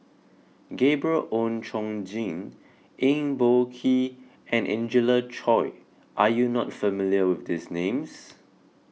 Gabriel Oon Chong Jin Eng Boh Kee and Angelina Choy are you not familiar with these names